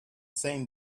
same